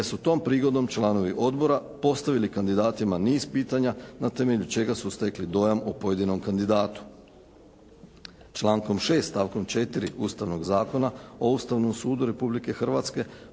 su tom prigodom članovi Odbora postavili kandidatima niz pitanja na temelju čega su stekli dojam o pojedinom kandidatu. Člankom 6. stavkom 4. Ustavnog zakona o Ustavnom sudu Republike Hrvatske